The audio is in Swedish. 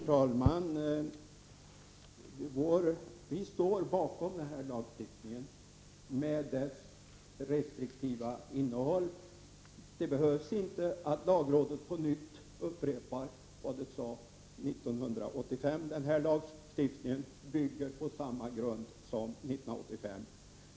Herr talman! Vi står bakom denna lagstiftning med dess restriktiva innehåll. Det behövs inte att lagrådet på nytt upprepar vad man sade 1985. Denna lagstiftning bygger på samma grund som vårt ställningstagande 1985.